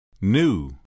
New